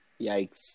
yikes